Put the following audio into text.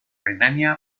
renania